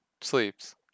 sleeps